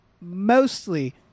Mostly